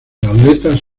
aletas